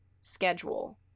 schedule